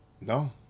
no